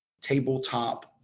tabletop